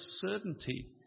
certainty